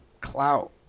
clout